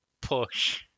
push